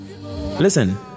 listen